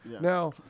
Now